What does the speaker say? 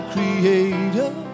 Creator